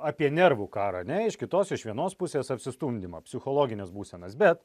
apie nervų karą ar ne iš kitos iš vienos pusės apsistumdymą psichologines būsenas bet